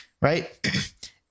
right